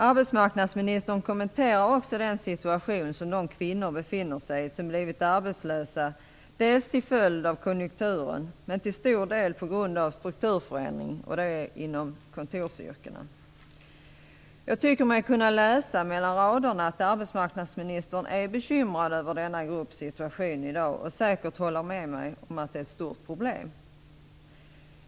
Arbetsmarknadsministern kommenterar också den situation som många kvinnor som blivit arbetslösa befinner sig i, dels till följd av konjunkturen, dels på grund av strukturförändringar inom kontorsyrkena. Jag tycker mig kunna läsa mellan raderna att arbetsmarknadsministern är bekymrad över denna grupps situation i dag. Han håller säkert med mig om att det är ett stort problem.